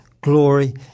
glory